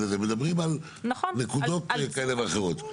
מדברים על נקודות כאלה ואחרות.